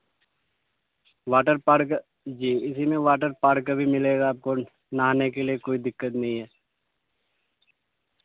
water park جی اسی میں واٹر پارک بھی ملے گا آپ کو نہانے کے لیے کوئی دقت نہیں ہے